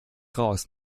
raus